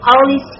Holy